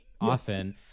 often